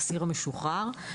האסיר המשוחרר,